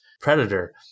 Predator